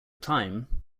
time